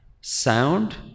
sound